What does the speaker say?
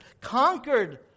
conquered